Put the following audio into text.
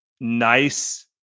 nice